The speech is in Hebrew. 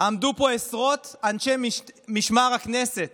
עמדו פה עשרות אנשי משמר הכנסת